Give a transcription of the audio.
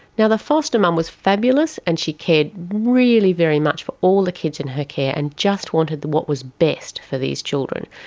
the the foster mum was fabulous and she cared really very much for all the kids in her care and just wanted what was best for these children.